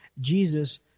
Jesus